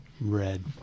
red